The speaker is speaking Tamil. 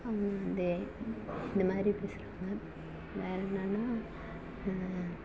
வந்து இது மாதிரி பேசுறவங்க வேறு என்னான்னா